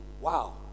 Wow